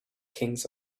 kings